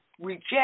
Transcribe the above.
reject